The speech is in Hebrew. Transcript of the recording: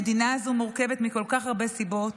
המדינה הזאת מורכבת מכל כך הרבה סיבות,